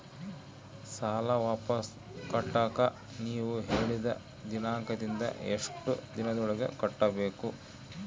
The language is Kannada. ಸಾಲ ವಾಪಸ್ ಕಟ್ಟಕ ನೇವು ಹೇಳಿದ ದಿನಾಂಕದಿಂದ ಎಷ್ಟು ದಿನದೊಳಗ ಕಟ್ಟಬೇಕು?